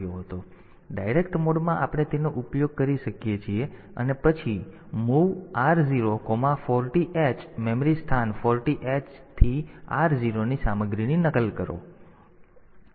તેથી ડાયરેક્ટ મોડમાં આપણે તેનો ઉપયોગ કરી શકીએ છીએ અને પછી MOV R040h મેમરી સ્થાન 40h થી R0 ની સામગ્રીની નકલ કરો